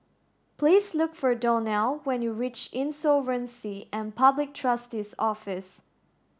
please look for Donnell when you reach Insolvency and Public Trustee's Office